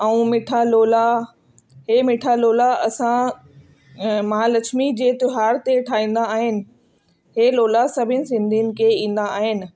ऐं मिठा लोला इहे मिठा लोला असां महालक्ष्मी जे त्योहार ते ठाईंदा आहिनि इहे लोला सभिनि सिंधियुनि खे ईंदा आहिनि